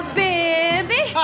baby